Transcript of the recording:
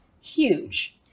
huge